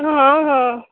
ହଁ ହଁ